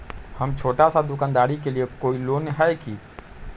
हम छोटा सा दुकानदारी के लिए कोई लोन है कि?